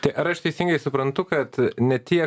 tai ar aš teisingai suprantu kad ne tiek